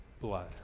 blood